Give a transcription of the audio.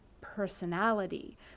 personality